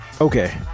Okay